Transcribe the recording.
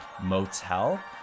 motel